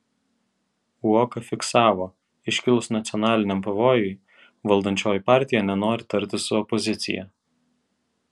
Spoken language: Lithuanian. uoka fiksavo iškilus nacionaliniam pavojui valdančioji partija nenori tartis su opozicija